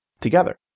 together